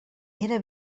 era